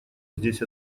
здесь